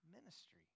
ministry